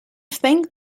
think